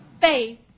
faith